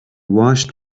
watched